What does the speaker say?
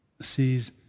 sees